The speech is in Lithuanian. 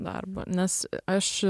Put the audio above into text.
darbo nes aš